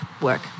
work